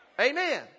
Amen